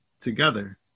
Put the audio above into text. together